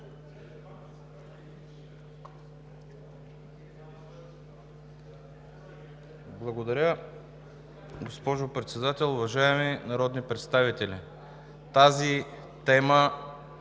Благодаря, госпожо Председател. Уважаеми народни представители! Тази тема